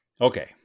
Okay